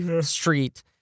street